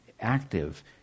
active